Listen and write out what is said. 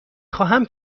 خواهم